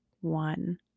one